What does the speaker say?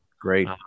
Great